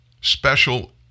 special